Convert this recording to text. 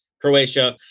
Croatia